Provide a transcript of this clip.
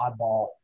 oddball